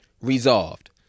Resolved